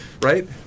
right